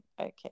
okay